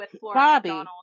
bobby